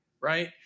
right